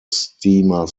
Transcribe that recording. steamer